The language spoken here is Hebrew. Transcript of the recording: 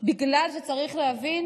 בגלל שצריך להבין